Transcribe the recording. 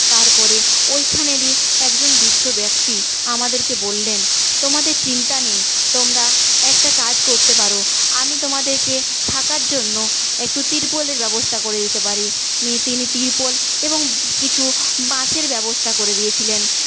তারপরে ওইখানেরই একজন বৃদ্ধ ব্যক্তি আমাদেরকে বললেন তোমাদের চিন্তা নেই তোমরা একটা কাজ করতে পারো আমি তোমাদেরকে থাকার জন্য একটু তিরপলের ব্যবস্থা করে দিতে পারি নিয়ে তিনি তিরপল এবং কিছু বাঁশের ব্যবস্থা করে দিয়েছিলেন